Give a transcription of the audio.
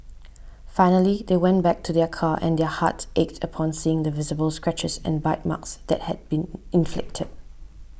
finally they went back to their car and their hearts ached upon seeing the visible scratches and bite marks that had been inflicted